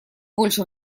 больше